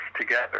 together